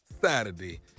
Saturday